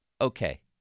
Okay